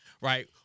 Right